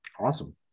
Awesome